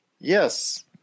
yes